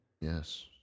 Yes